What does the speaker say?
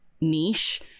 niche